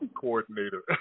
coordinator